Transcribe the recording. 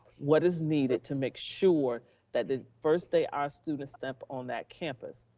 what is needed to make sure that the first day our students step on that campus,